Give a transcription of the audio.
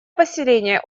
поселение